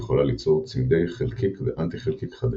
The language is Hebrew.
יכולה ליצור צמדי חלקיק ואנטי-חלקיק חדשים.